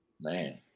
Man